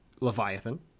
Leviathan